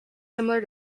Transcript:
similar